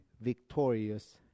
victorious